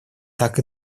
так